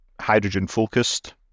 hydrogen-focused